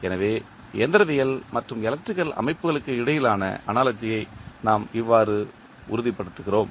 எனவே இயந்திரவியல் மற்றும் எலக்ட்ரிக்கல் அமைப்புகளுக்கு இடையிலான அனாலஜியை நாம் இவ்வாறு உறுதிப்படுத்துகிறோம்